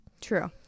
True